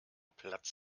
platz